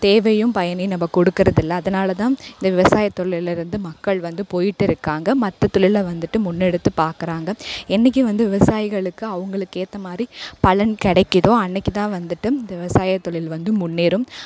தேவையும் பயனையும் நம்ம கொடுக்கிறதில்ல அதனால்தான் இந்த விவசாயத்தொழில்ல இருந்து மக்கள் வந்து போய்விட்டு இருக்காங்க மற்ற தொழில்ல வந்துட்டு முன்னெடுத்து பார்க்குறாங்க என்றைக்கும் வந்து விவசாயிகளுக்கு அவங்களுக்கு ஏற்ற மாதிரி பலன் கிடைக்கிதோ அன்றைக்கிதான் வந்துட்டு இந்த விவசாயத்தொழில் வந்து முன்னேறும்